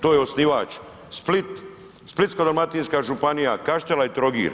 To je osnivač Split, Splitsko-dalmatinska županija, Kaštela i Trogir.